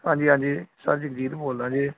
ਹਾਂਜੀ ਹਾਂਜੀ ਸਰ ਜੀ ਜੀਤ ਬੋਲਦਾ ਜੀ